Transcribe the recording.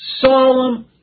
solemn